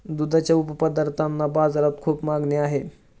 दुधाच्या उपपदार्थांना बाजारात खूप मागणी आहे